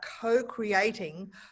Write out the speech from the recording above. co-creating